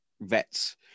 vets